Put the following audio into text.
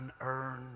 unearned